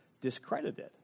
discredited